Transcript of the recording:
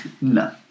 No